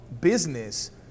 business